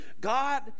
god